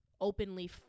openly